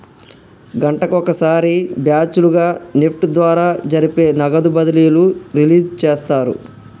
గంటకొక సారి బ్యాచ్ లుగా నెఫ్ట్ ద్వారా జరిపే నగదు బదిలీలు రిలీజ్ చేస్తారు